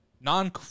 non